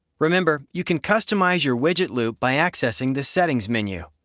remember, you can customise your widget loop by accessing the settings menu.